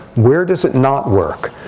where does it not work?